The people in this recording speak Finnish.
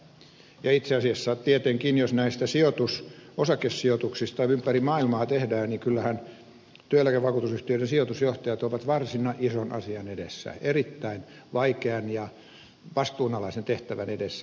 ja itse asiassa tietenkin jos näitä osakesijoituksia ympäri maailmaa tehdään niin kyllähän työeläkevakuutusyhtiöiden sijoitusjohtajat ovat varsin ison asian edessä erittäin vaikean ja vastuunalaisen tehtävän edessä